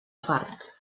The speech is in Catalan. fart